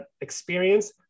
experience